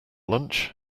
lunch